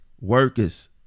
workers